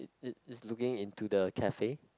it it's looking into the cafe